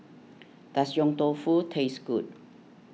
does Yong Tau Foo taste good